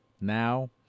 now